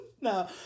No